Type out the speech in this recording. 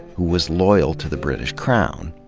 who was loyal to the british crown.